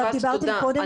תודה.